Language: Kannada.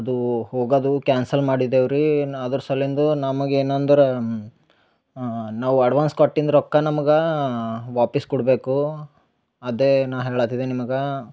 ಅದು ಹೋಗದು ಕ್ಯಾನ್ಸಲ್ ಮಾಡಿದೆವು ರೀ ನಾ ಅದರ ಸಲ್ಲಿಂದು ನಮಗ ಏನಂದ್ರ ನಾವು ಅಡ್ವಾನ್ಸ್ ಕೊಟ್ಟಿಂದ ರೊಕ್ಕ ನಮ್ಗ ವಾಪಸ್ ಕೊಡ್ಬೇಕು ಅದೇ ನಾ ಹೇಳತಿದೆ ನಿಮ್ಗ